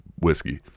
whiskey